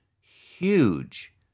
huge